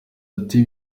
ati